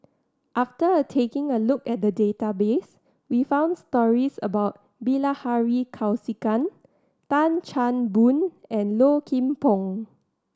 after taking a look at the database we found stories about Bilahari Kausikan Tan Chan Boon and Low Kim Pong